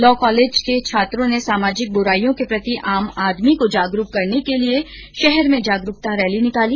law college के छात्रों ने सामाजिक बुराईयों के प्रति आम आदमी को जागरुक करने के लिए शहर में जागरुकता रैली निकाली